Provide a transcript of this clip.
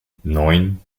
neun